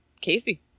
casey